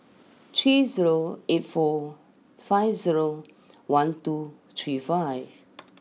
three zero eight four five zero one two three five